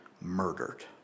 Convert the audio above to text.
murdered